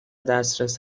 دسترس